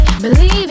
Believe